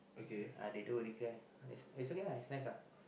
uh they do roti kirai is okay lah is nice ah